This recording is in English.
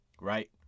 Right